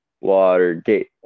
Watergate